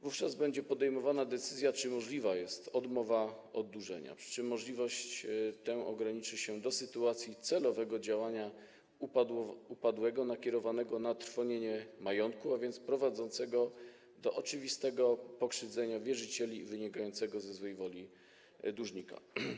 Wówczas będzie podejmowana decyzja, czy możliwa jest odmowa oddłużenia, przy czym możliwość tę ograniczy się do sytuacji celowego działania upadłego nakierowanego na trwonienie majątku, a więc prowadzącego do oczywistego pokrzywdzenia wierzycieli, wynikającego ze złej woli dłużnika.